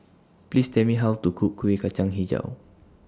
Please Tell Me How to Cook Kuih Kacang Hijau